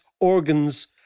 organs